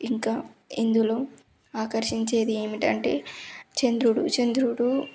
ఇంకా ఇందులో ఆకర్షించేది ఏమిటంటే చంద్రుడు చంద్రుడు